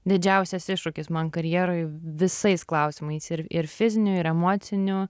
didžiausias iššūkis man karjeroj visais klausimais ir ir fiziniu ir emociniu